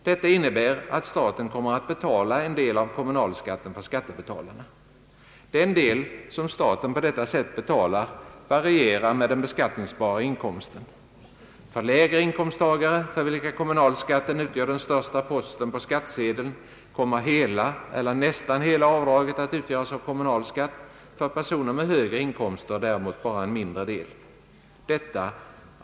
Detta innebär att staten kommer att betala en del av kommunalskatten för skattebetalarna, en del som varierar med den beskattningsbara inkomsten. För lägre inkomsttagare, som har kommunalskatten såsom den största posten på skattsedeln, kommer hela eller nästan hela avdraget att utgöras av kommunalskatt, för personer med högre inkomster däremot bara en mindre del.